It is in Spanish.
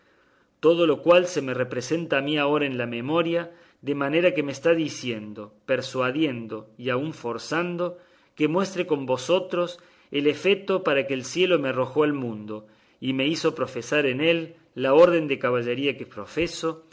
se me representa a mí ahora en la memoria de manera que me está diciendo persuadiendo y aun forzando que muestre con vosotros el efeto para que el cielo me arrojó al mundo y me hizo profesar en él la orden de caballería que profeso